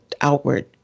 outward